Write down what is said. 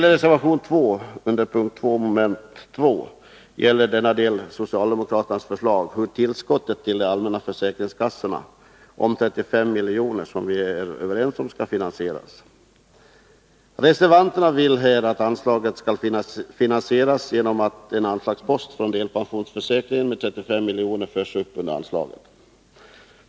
Reservation 2, under punkt 2 mom. 2 i betänkandet, gäller socialdemokraternas förslag om hur tillskottet på 35 miljoner till de allmänna försäkringskassorna, som vi är överens om, skall finansieras. Reservanterna vill att anslaget skall finansieras genom att en anslagspost på 35 miljoner från delpensionsförsäkringen förs upp under anslaget.